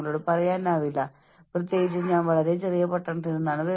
ഇതിലെ ആദ്യത്തെ വിഷയം ജോലി സമ്മർദ്ദമാണ്